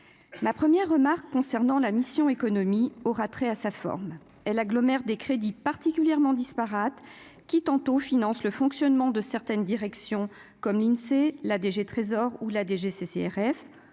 ma première remarque concernant la mission Économie aura trait à sa forme, elle agglomère des crédits particulièrement disparates qui tantôt finance le fonctionnement de certaines directions comme l'Insee, la DG Trésor ou la DGCCRF,